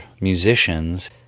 musicians